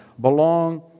belong